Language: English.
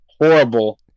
horrible